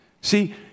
See